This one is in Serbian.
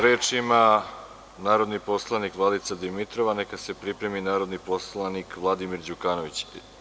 Reč ima narodni poslanik Vladica Dimitrov, a neka se pripremi narodni poslanik Vladimir Đukanović.